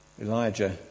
Elijah